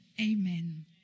Amen